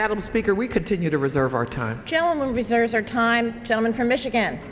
madam speaker we continue to reserve our time gentlemen visitors our time gentleman from michigan